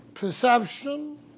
Perception